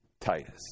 Titus